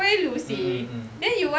mm mm mm